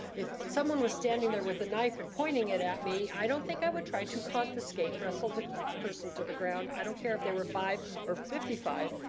if someone was standing there with a knife and pointing it at me, i don't think i would try and confiscate and wrestle the person to the ground. i don't care if they were five or fifty five,